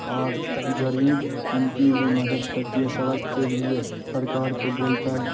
اور غریب ان کی بھی مدد کرتی ہے سڑک کے لیے سرکار کو بولتا ہے